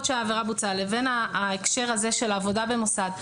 שהעבירה בוצעה לבין ההקשר הזה של העבודה במוסד,